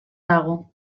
dago